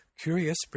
Curious